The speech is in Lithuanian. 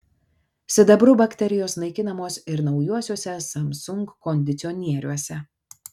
sidabru bakterijos naikinamos ir naujuosiuose samsung kondicionieriuose